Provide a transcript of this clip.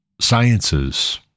sciences